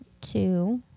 two